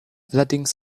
allerdings